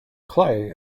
clay